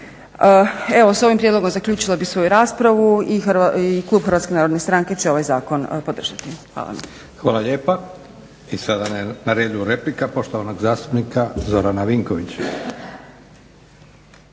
Evo s ovim prijedlogom zaključila bi svoju raspravu i klub HNS će ovaj zakon podržati. Hvala. **Leko, Josip (SDP)** Hvala lijepa. I sad je na redu replika poštovanog zastupnika Zorana Vinkovića.